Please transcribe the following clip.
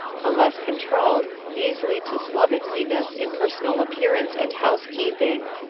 unless controlled, these lead to slovenliness in personal appearance and housekeeping.